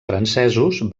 francesos